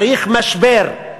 צריך משבר.